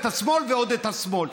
את השמאל ועוד את השמאל.